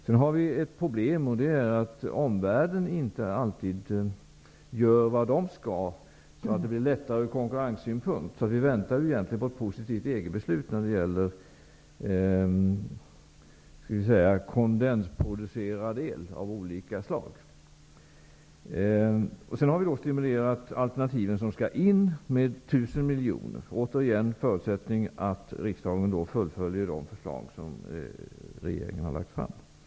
Vi har ett problem. Omvärlden gör nämligen inte alltid vad den skall så att det blir lättare ur konkurrenssynpunkt. vi väntar egentligen på ett positivt EG-beslut när det gäller kondensproducerad el av olika slag. Vi har stimulerat de alternativ som skall in på marknaden med 1 000 miljoner. Det är återigen en förutsättning att riksdagen fullföljer de förslag som regeringen har lagt fram.